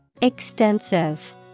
Extensive